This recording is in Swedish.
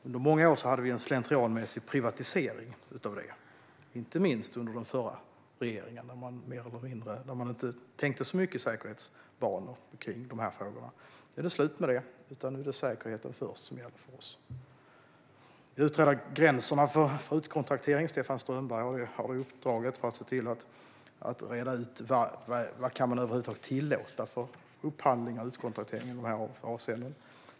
Under många år hade vi en slentrianmässig privatisering på detta område, inte minst under den förra regeringen, som inte så mycket tänkte i säkerhetsbanor när det gällde dessa frågor. Nu är det slut med det; nu är det säkerheten först som gäller. När det gäller gränserna för utkontraktering har Stefan Strömberg uppdraget att utreda vad man över huvud taget kan tillåta i form av upphandling och utkontraktering i dessa avseenden.